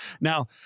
Now